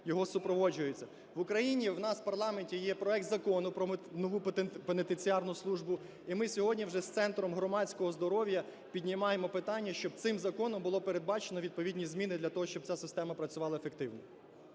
В Україні, у нас в парламенті є проект Закону про нову пенітенціарну службу. І ми сьогодні вже з Центром громадського здоров'я піднімаємо питання, щоб цим законом були передбачені відповідні зміни для того, щоб ця система працювала ефективно.